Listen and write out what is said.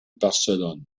barcelone